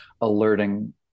alerting